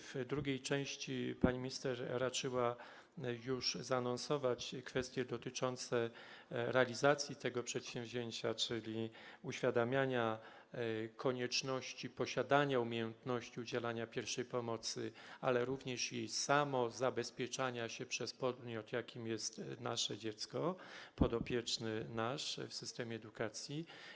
W drugiej części pani minister raczyła już zaanonsować kwestie dotyczące realizacji tego przedsięwzięcia, czyli uświadamiania konieczności posiadania umiejętności udzielania pierwszej pomocy, ale również samozabezpieczania się przez podmiot, jakim jest nasze dziecko, nasz podopieczny w systemie edukacji.